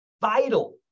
vital